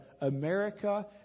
America